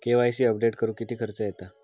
KYC update करुक किती खर्च येता?